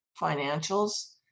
financials